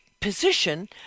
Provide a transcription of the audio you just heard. position